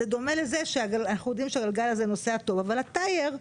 זה דומה לזה שאנחנו יודעים שהגלגל הזה נוסע טוב אבל הטאייר השתפשף,